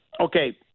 okay